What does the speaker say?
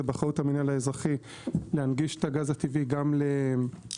זה באחריותו להנגיש את הגז הטבעי גם ליו"ש.